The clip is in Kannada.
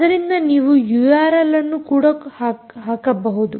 ಅದರಿಂದ ನಾವು ಯೂಆರ್ಎಲ್ ಅನ್ನು ಕೂಡ ಹಾಕಬಹುದು